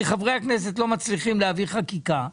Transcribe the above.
חברי הכנסת לא מצליחים להעביר חקיקה.